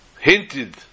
hinted